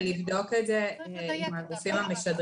אני חושבת שצריך לבדוק את זה עם הגופים המשדרים.